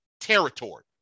territory